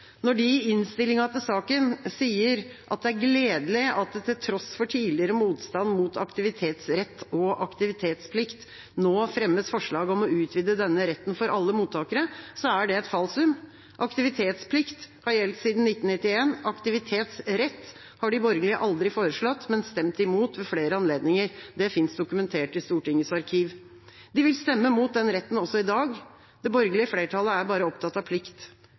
Når de i innstillinga til saken sier at det er «gledelig at det til tross for tidligere motstand mot aktivitetsrett og aktivitetsplikt nå fremmes forslag om å vurdere å utvide denne retten for alle mottakere», så er det et falsum. Aktivitetsplikt har gjeldt siden 1991. Aktivitetsrett har de borgerlige aldri foreslått, men stemt imot ved flere anledninger. Det finnes dokumentert i Stortingets arkiv. De vil stemme imot den retten også i dag. Det borgerlige flertallet er bare opptatt av plikt.